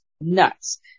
nuts